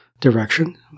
direction